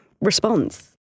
response